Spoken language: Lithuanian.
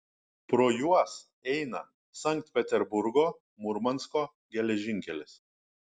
pro juos eina sankt peterburgo murmansko geležinkelis